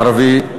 הערבי,